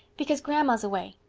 because grandma's away.